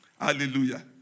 Hallelujah